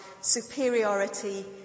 superiority